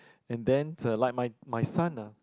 and then like my my son ah